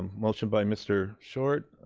um motion by mr. short,